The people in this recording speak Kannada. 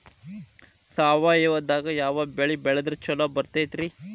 ಸಾವಯವದಾಗಾ ಯಾವ ಬೆಳಿ ಬೆಳದ್ರ ಛಲೋ ಬರ್ತೈತ್ರಿ?